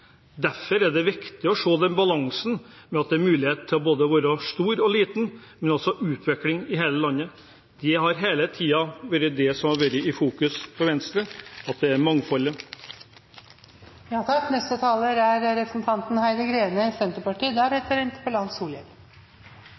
Derfor er det viktig å se den balansen med at det er mulighet til både å være stor og liten, men også se utviklingen i hele landet. Det har hele tiden vært det som har vært i fokus for Venstre – mangfoldet. Representanten Skjelstad påsto at det